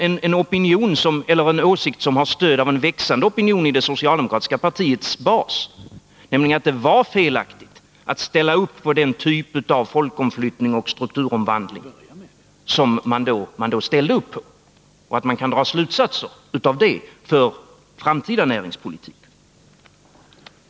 Jag tror att det är en åsikt som har stöd av en växande opinion i det socialdemokratiska partiets bas att det var felaktigt att ställa upp bakom den typ av folkomflyttning och strukturomvandling som man då stod för, liksom att man kan dra slutsatser av detta för framtida näringspolitik.